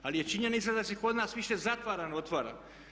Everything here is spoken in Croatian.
Ali je činjenica da se kod nas više zatvara nego otvara.